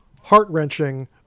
heart-wrenching